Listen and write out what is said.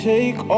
Take